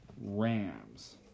rams